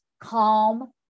calm